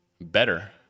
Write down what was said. better